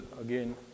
again